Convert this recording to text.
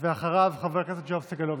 אחריו, חבר הכנסת יואב סגלוביץ'.